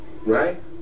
Right